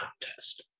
contest